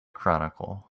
chronicle